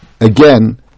again